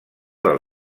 del